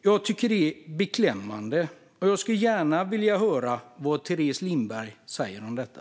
Jag tycker att det är beklämmande, och jag skulle gärna vilja höra vad Teres Lindberg säger om detta.